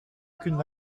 aucunes